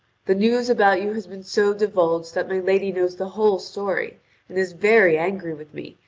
the news about you has been so divulged that my lady knows the whole story and is very angry with me,